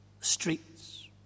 streets